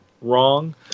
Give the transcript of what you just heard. wrong